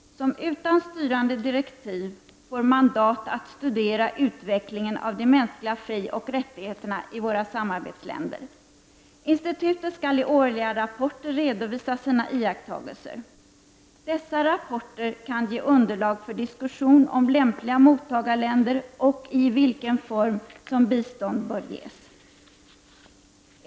Det skall utan styrande direktiv få mandat att studera utvecklingen av de mänsk liga frioch rättigheterna i våra samarbetsländer. Institutet skall i årliga rapporter redovisa sina iakttagelser. Dessa rapporter kan ge underlag för diskussion om lämpliga mottagarländer och i vilken form som bistånd bör ges.